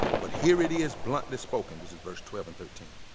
but here it is bluntly spoken, this is verse twelve and thirteen,